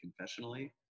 confessionally